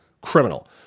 criminal